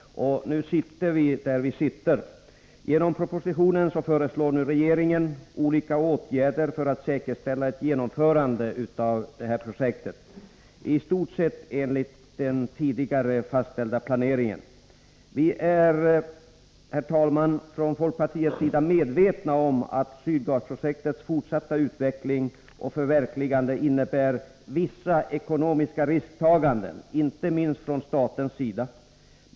Nu sitter vi där vi sitter. Genom propositionen föreslår nu regeringen olika åtgärder för att säkerställa ett genomförande av projektet i stort sett enligt tidigare fastställd planering. Vi är från folkpartiets sida medvetna om att Sydgasprojektets fortsatta utveckling och förverkligande innebär vissa ekonomiska risktaganden, inte minst från statens sida.